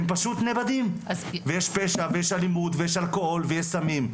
הם פשוט נאבדים ויש פשע ויש אלימות ויש אלכוהול ויש סמים,